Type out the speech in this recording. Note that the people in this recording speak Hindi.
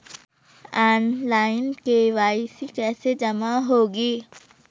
ऑनलाइन के.वाई.सी कैसे जमा होगी?